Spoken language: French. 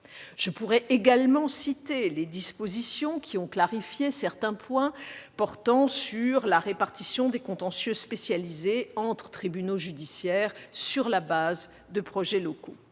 Je pourrais citer, outre les dispositions qui ont clarifié certains points portant sur la répartition des contentieux spécialisés entre tribunaux judiciaires sur la base de projets locaux,